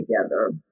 together